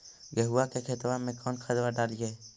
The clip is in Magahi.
गेहुआ के खेतवा में कौन खदबा डालिए?